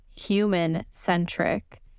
human-centric